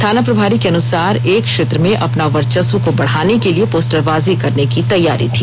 थाना प्रभारी के अनुसार एक क्षेत्र में अपना वर्चस्व को बढ़ाने के लिए पोस्टरबाजी करने की तैयारी थी